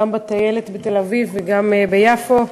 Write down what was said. גם בטיילת בתל-אביב וגם ביפו.